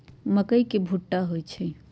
मकई के भुट्टा होई छई